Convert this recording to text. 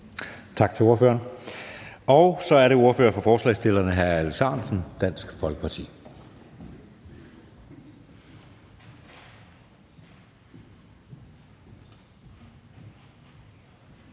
Tak til ordføreren. Og så er det ordføreren for forslagsstillerne, hr. Alex Ahrendtsen, Dansk Folkeparti.